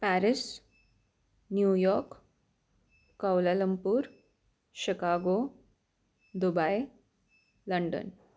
Paris New York Kuala Lumpur Chicago Dubai London